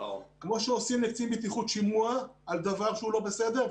כמו שעושים לקצין בטיחות שימוע על דבר לא בסדר,